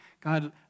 god